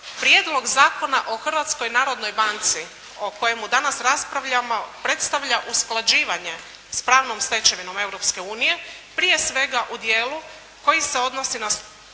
Prijedlog zakona o Hrvatskoj narodnoj banci, o kojemu danas raspravljamo predstavlja usklađivanje sa pravnom stečevinom Europske unije prije svega u dijelu koji se odnosi na